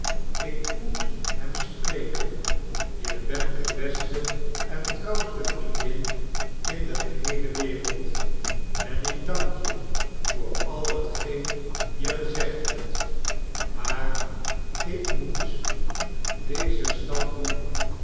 e t hem spreken je bent de beste en trouwiste vriendin in de geheele wereld en ik dank je voor al hetgeen je gezegd hebt maar ik moet dezen stap doen